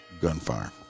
gunfire